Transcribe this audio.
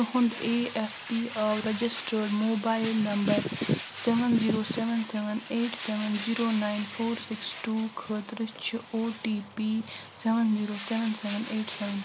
تہنٛدِ A F P O registered mobile number seven zero seven seven eight seven zero nine four six two خٲطرٕ چھُ O T P seven zero seven seven eight seven